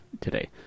today